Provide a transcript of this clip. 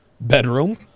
bedroom